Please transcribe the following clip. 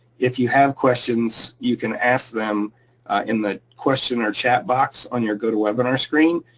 if you have questions, you can ask them in the question or chat box on your gotowebinar screen,